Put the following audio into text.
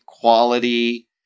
quality